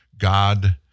God